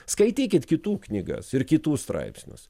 skaitykit kitų knygas ir kitų straipsnius